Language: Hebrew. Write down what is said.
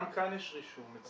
גם כאן יש רישום.